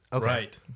Right